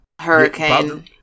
hurricane